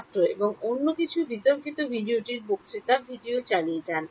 ছাত্র এবং অন্য কিছু বিতর্কিত ভিডিওটির বক্তৃতা ভিডিও চালিয়ে যান